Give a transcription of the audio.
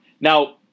Now